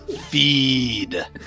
feed